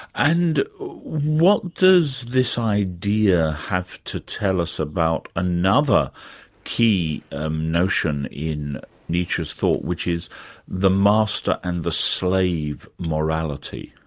and what does this idea have to tell us about another key notion in nietzsche's thought, which is the master and the slave morality?